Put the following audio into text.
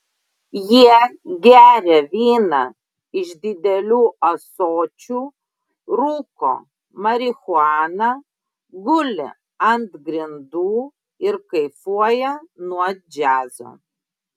jie geria vyną iš didelių ąsočių rūko marihuaną guli ant grindų ir kaifuoja nuo džiazo